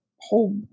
whole